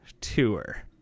Tour